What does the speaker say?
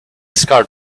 scarred